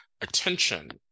attention